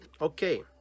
Okay